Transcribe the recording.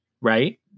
right